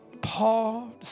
Paul